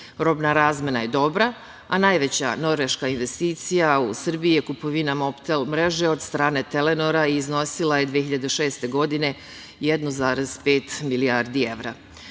Robna razmena je dobra, a najveća norveška investicija u Srbiji je kupovina mobtel mreže od strane „Telenora“ i iznosila je 2006. godine 1,5 milijardi